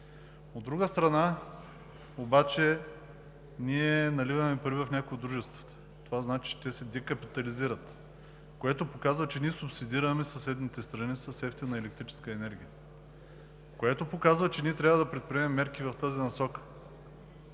От друга страна, ние наливаме пари в някои от дружествата. Това значи, че те се декапитализират, което показва, че ние субсидираме съседните страни с евтина електрическа енергия, което показва, че ние трябва да предприемем мерки в тази насока.